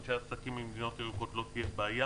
אנשי עסקים ממדינות ירוקות לא תהיה בעיה.